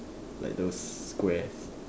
like those squares